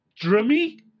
drummy